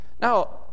Now